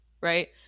right